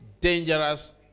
dangerous